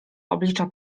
oblicza